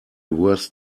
worst